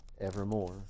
evermore